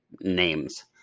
names